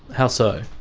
how so?